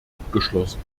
abgeschlossen